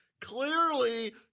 Clearly